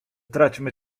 traćmy